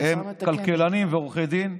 הם כלכלנים ועורכי דין,